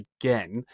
again